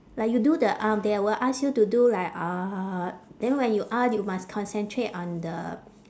like you do the arm they will ask you to do like then when you you must concentrate on the